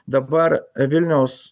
dabar vilniaus